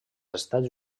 estats